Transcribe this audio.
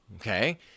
okay